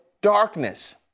darkness